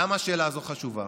למה השאלה הזאת חשובה?